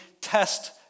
test